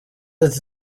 ati